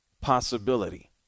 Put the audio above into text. possibility